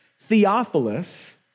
Theophilus